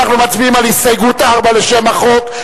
אנחנו מצביעים על הסתייגות מס' 4 לשם החוק,